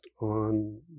on